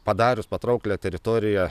padarius patrauklią teritoriją